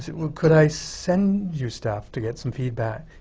said, well, could i send you stuff to get some feedback?